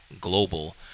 global